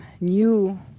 new